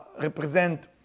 represent